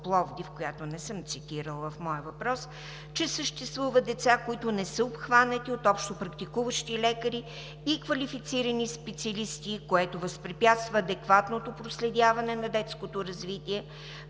която не съм цитирала в моя въпрос, че съществуват деца, които не са обхванати от общопрактикуващи лекари и квалифицирани специалисти. Това възпрепятства адекватното проследяване на детското развитие,